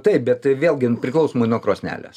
taip bet vėlgi vėlgi priklausomai nuo krosnelės